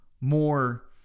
more